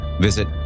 visit